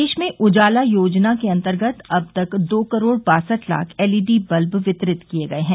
प्रदेश में उजाला योजना के अन्तर्गत अब तक दो करोड़ बासठ लाख एलईडी बल्ब वितरित किये गये हैं